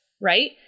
right